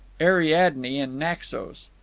ariadne in naxos.